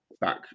back